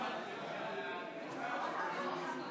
לוועדה שתקבע ועדת הכנסת